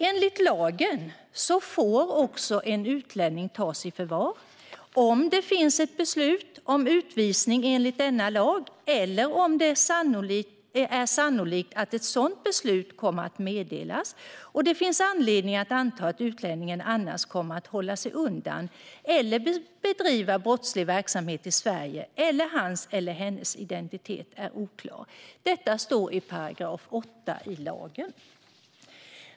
Enligt lagen får en utlänning även tas i förvar om det finns ett beslut om utvisning enligt denna lag eller om det är sannolikt att ett sådant beslut kommer att meddelas och det finns anledning att anta att utlänningen annars kommer att hålla sig undan eller bedriva brottslig verksamhet i Sverige eller om hans eller hennes identitet är oklar. Detta står i § 8 i lagen.